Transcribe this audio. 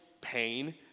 pain